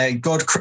God